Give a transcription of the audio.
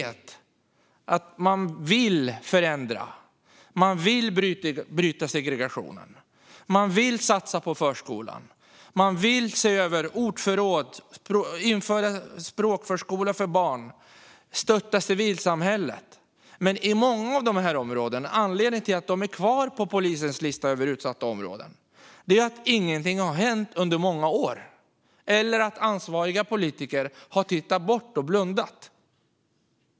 Det krävs att man vill förändra, bryta segregationen, satsa på förskolan, se över ordförråd, införa språkförskola för barn och stötta civilsamhället. Anledningen till att många av de här områdena är kvar på polisens lista över utsatta områden är att ingenting har hänt under många år eller att ansvariga politiker har tittat bort eller blundat.